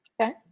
Okay